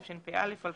התשפ"א-2020,